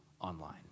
online